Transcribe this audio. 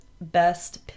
best